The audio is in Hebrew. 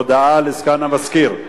הודעה לסגן המזכיר.